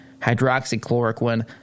hydroxychloroquine